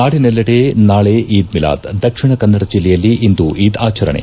ನಾಡಿನೆಲ್ಲೆಡೆ ನಾಳೆ ಈದ್ ಮಿಲಾದ್ ದಕ್ಷಿಣ ಕನ್ನಡ ಜಿಲ್ಲೆಯಲ್ಲಿ ಇಂದು ಈದ್ ಆಚರಣೆ